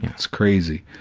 it's crazy.